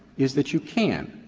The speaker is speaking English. is that you can.